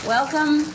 Welcome